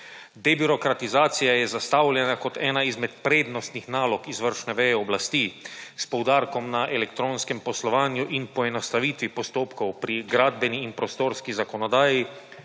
Debirokratizacija je zastavljena kot ena izmed prednostnih nalog izvršne veje oblasti s poudarkom na elektronskem poslovanju in poenostavitvi postopkov pri gradbeni in prostorski zakonodaji